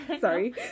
Sorry